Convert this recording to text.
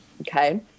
okay